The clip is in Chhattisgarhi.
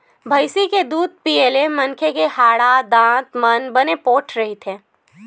भइसी के दूद पीए ले मनखे के हाड़ा, दांत मन बने पोठ रहिथे